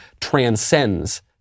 transcends